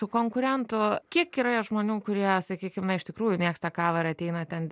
tų konkurentų kiek yra žmonių kurie sakykim na iš tikrųjų mėgsta kavą ir ateina ten